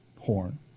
horn